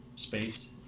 Space